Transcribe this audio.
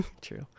True